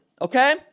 okay